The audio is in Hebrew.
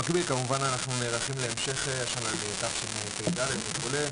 במקביל כמובן אנחנו נערכים להמשך השנה לתשפ"ד וכולי.